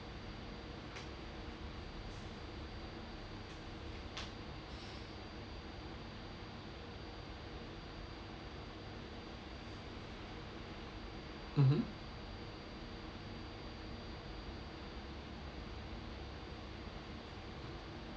mmhmm